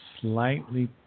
slightly